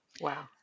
Wow